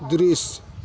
दृश्य